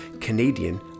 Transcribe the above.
Canadian